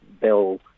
bill